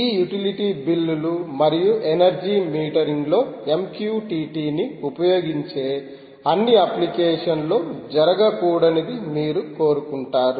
ఈ యుటిలిటీ బిల్లులు మరియు ఎనర్జీ మీటరింగ్ లో MQTT ని ఉపయోగించే అన్ని అప్లికేషన్లో ఇలా జరగకూడదని మీరు కోరుకుంటారు